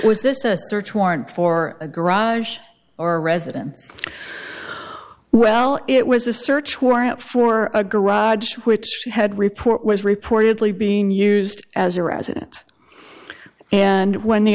was this a search warrant for a garage or a residence well it was a search warrant for a garage which had report was reportedly being used as a residence and when the